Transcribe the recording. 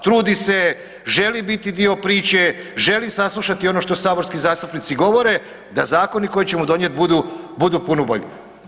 Trudi se, želi biti dio priče, želi saslušati ono što saborski zastupnici govore da zakoni koje ćemo donijeti budu puno bolji.